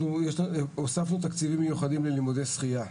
הוספנו תקציבים מיוחדים ללימודי שחייה.